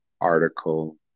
article